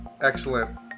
Excellent